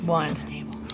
One